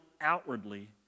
outwardly